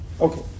Okay